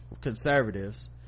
conservatives